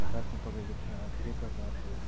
भारतमा तपाईँको धेरै प्रकारको